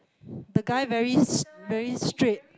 the guy very str~ very straight